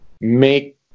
make